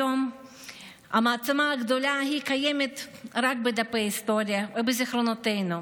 כיום המעצמה הגדולה ההיא קיימת רק בדפי ההיסטוריה ובזיכרונותינו,